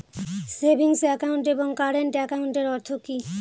Savings account এবং current একাউন্টের অর্থ কি?